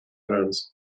trance